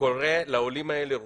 קורא לעולים האלה רוסים.